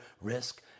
risk